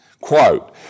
Quote